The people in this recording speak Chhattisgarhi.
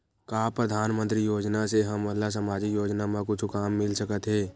का परधानमंतरी योजना से हमन ला सामजिक योजना मा कुछु काम मिल सकत हे?